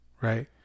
Right